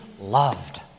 loved